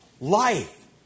Life